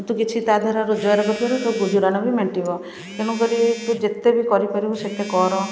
ତୁ କିଛି ତାଧିଅରୁ ରୋଜଗାର କରିପାରିବୁ ତୋ ଗୁଜୁରାଣ ବି ମେଣ୍ଟିବ ତେଣୁକରି ତୁ ଯେତେ ବି କରି ପାରିବୁ ସେତେ କର